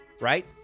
right